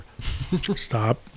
Stop